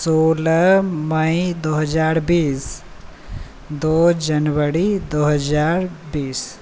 सोलह मइ दू हजार बीस दू जनवरी दू हजार बीस